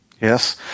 Yes